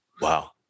Wow